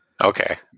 Okay